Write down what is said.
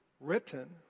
written